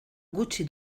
gutxi